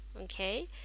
Okay